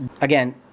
again